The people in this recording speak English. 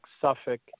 Suffolk